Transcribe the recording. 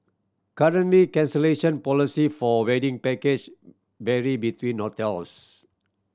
currently cancellation policy for wedding packages vary between hotels